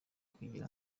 kugira